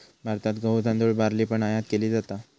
भारतात गहु, तांदुळ, बार्ली पण आयात केली जाता